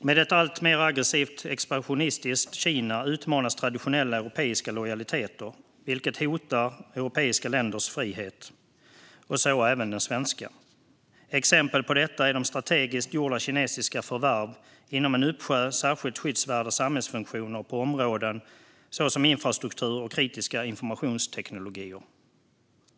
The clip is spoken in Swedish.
Med ett alltmer aggressivt och expansionistiskt Kina utmanas traditionella europeiska lojaliteter. Detta hotar europeiska länders frihet, så även den svenska. Exempel på detta är de strategiskt gjorda kinesiska förvärven inom en uppsjö av särskilt skyddsvärda samhällsfunktioner på områden som infrastruktur och kritiska informationsteknologier.